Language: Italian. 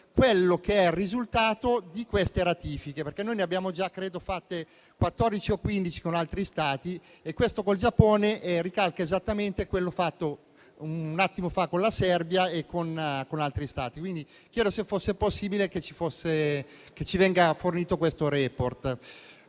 fornirci il risultato di queste ratifiche. Infatti, ne abbiamo già fatte 14 o 15 con altri Stati e questo con il Giappone ricalca esattamente quello approvato poco fa con la Serbia e con altri Stati. Quindi, chiedo se sia possibile che ci venga fornito questo *report*.